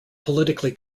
politically